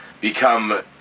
become